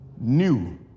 New